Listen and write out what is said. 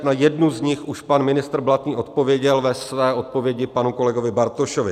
Na jednu z nich už pan ministr Blatný odpověděl ve své odpovědi panu kolegovi Bartošovi.